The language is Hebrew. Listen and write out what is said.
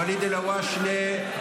ואליד אלהואשלה,